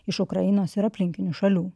iš ukrainos ir aplinkinių šalių